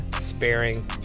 sparing